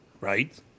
Right